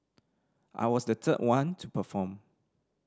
I was the third one to perform